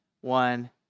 one